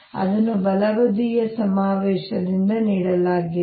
ಹಾಗಾಗಿ ಅದನ್ನು ಬಲಬದಿಯ ಸಮಾವೇಶದಿಂದ ನೀಡಲಾಗಿದೆ